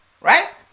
right